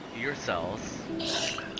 yourselves